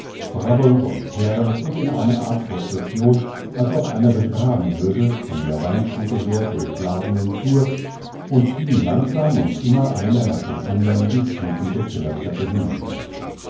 brabbelnd und plärrend und in einer art procession als ob einer begraben würde von der weinstube her durch laden und flur und stiegen langsam und immer einer nach dem andern die stufen der kellertreppe hinunter